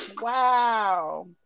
Wow